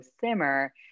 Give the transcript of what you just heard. simmer